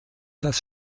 das